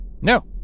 No